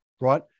Right